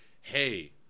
hey